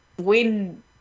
win